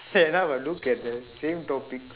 sad enough I look at the same topic